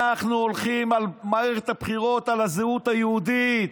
אנחנו הולכים במערכת הבחירות על הזהות היהודית.